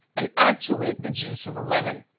and add to it the juice of a lemon.